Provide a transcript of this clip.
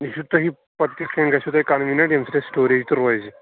یہِ چھُ تۄہہِ پَتہٕ کِتھٕ کٔنۍ گژھوٕ تۄہہِ کَنوِیٖننٹ ییٚمہِ سۭتۍ اَسہِ سِٹوریج تہِ روزِ